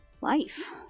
life